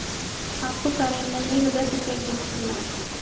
आपको कार्यालय में एक रद्द चेक जमा करना होगा